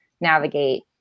navigate